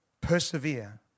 Persevere